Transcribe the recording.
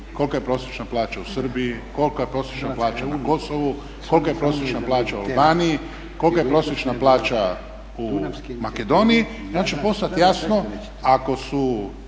kolika je prosječna plaća u Srbiji, kolika je prosječna plaća na Kosovu, kolika je prosječna plaća u Albaniji, kolika je prosječna plaća u Makedoniji i onda će postat jasno ako su